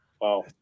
Wow